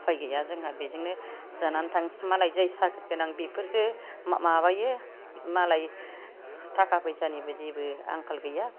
उफाय गैया जोंहा बेजोंनो जानानै थां मालाय जाय साख्रि गोनां बेफोरसो माबायो मालाय थाखा फैसानिबो जेबो आंखाल गैया